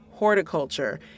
horticulture